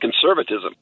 conservatism